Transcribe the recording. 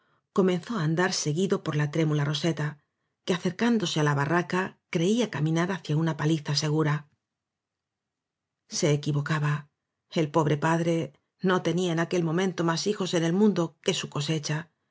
comenzó á andar se guido por la trémula roseta que acercándose á la barra ca creía caminar hacía una paliza segura se equivocaba el po bre padre no tenía en aquel momento más hijos en el mundo que su cosecha